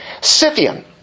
Scythian